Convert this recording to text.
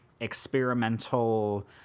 experimental